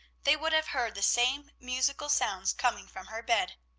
they would have heard the same musical sounds coming from her bed.